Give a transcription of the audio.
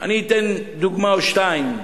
אני אתן דוגמה או שתיים,